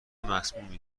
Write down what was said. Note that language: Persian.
مسمومی